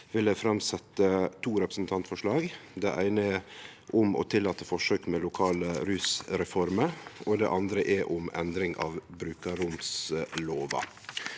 eg framsetje to representantforslag. Det eine er om å tillate forsøk med lokale rusreformer, det andre er om endring av brukarromslova.